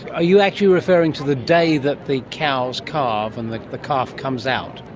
are you actually referring to the day that the cows calve and the the calf comes out?